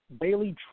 Bailey